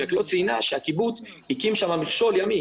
היא רק לא ציינה שהקיבוץ הקים שם מכשול ימי